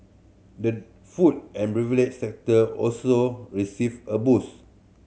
the food and beverage sector also received a boost